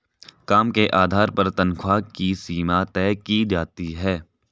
काम के आधार पर तन्ख्वाह की सीमा तय की जाती है